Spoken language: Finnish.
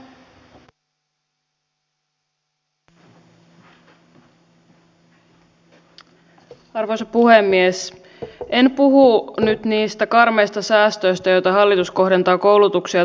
olisi tärkeää että saisimme vahvan poliittisen yhteisen tahdon sille että tähän maahan syntyisi yhteiskuntasopimus